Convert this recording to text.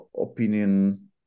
opinion